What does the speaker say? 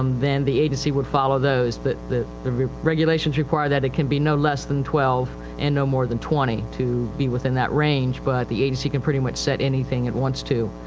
um then the agency would follow those. that the the regulations require that it can be no less than twelve and no more than twenty to be within that range. but the agency can pretty much set anything it wants to,